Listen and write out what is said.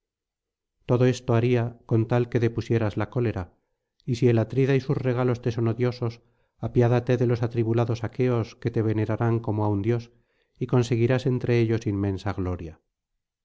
todo esto haría con tal que depusieras la cólera y si el atrida y sus regalos te son odiosos apiádate de los atribulados aqueos que te venerarán como á un dios y conseguirás entre ellos inmensa gloria